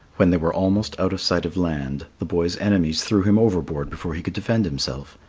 when they were almost out of sight of land, the boy's enemies threw him overboard before he could defend himself,